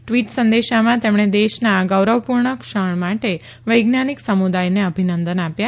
tweet સંદેશામાં તેમણે દેશના આ ગૌરવપુર્ણ ક્ષણ માટે વૈજ્ઞાનીક સમુદાયને અભિનંદન આપ્યા